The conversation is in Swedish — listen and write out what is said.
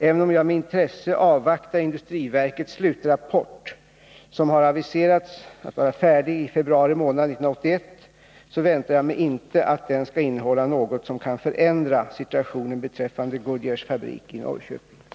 Även om jag med intresse avvaktar industriverkets slutrapport, som har aviserats att vara färdig i februari månad 1981, väntar jag mig inte att den skall innehålla något som kan förändra situationen beträffande Goodyears fabrik i Norrköping.